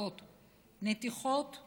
של